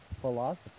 philosopher